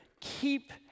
keep